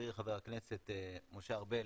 חברי ח"כ משה ארבל